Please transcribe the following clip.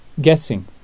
guessing